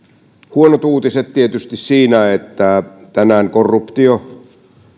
huonot uutiset ovat tietysti siinä että tänään korruptio